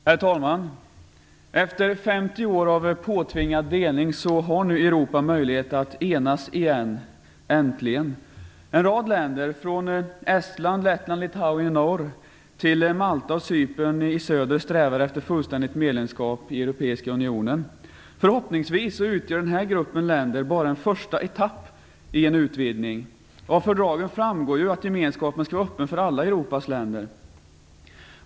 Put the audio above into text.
Herr talman! Efter 50 år av påtvingad delning har nu Europa möjlighet att enas igen - äntligen. En rad länder, från Estland, Lettland och Litauen i norr till Malta och Cypern i söder, strävar efter fullständigt medlemskap i Europeiska unionen. Förhoppningsvis utgör den här gruppen länder bara en första etapp i en utvidgning. Av fördragen framgår att gemenskapen skall vara öppen för alla Europas länder.